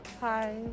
Hi